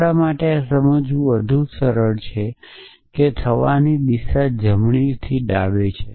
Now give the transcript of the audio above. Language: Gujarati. આપણા માટે આ સમજવું વધુ સરળ છે કે થવાની દિશા જમણીથી ડાબી છે